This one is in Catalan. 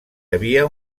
havia